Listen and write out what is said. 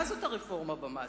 מהי הרפורמה במס?